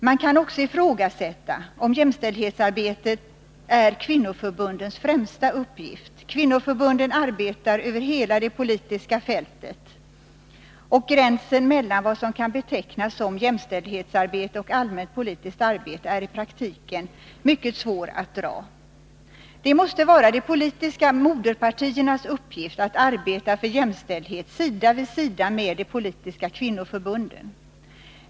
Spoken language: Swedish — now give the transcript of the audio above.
Man kan också ifrågasätta om jämställdhetsarbetet är kvinnoförbundens främsta uppgift. Kvinnoförbunden arbetar över hela det politiska fältet, och gränsen mellan vad som kan betecknas som jämställdhetsarbete och allmänt politiskt arbete är i praktiken mycket svår att dra. Det måste vara de politiska moderpartiernas uppgift att arbeta för jämställdhet sida vid sida med de politiska kvinnoförbunden.